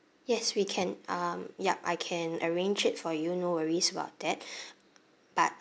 yes we can um yup I can arrange it for you no worries about that but